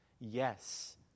Yes